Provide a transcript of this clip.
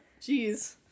Jeez